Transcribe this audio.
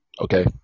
Okay